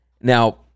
Now